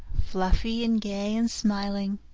fluffy and gay and smiling,